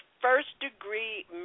first-degree